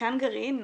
מתקן גרעין?